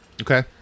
Okay